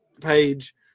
page